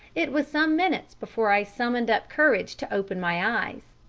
it was some minutes before i summoned up courage to open my eyes,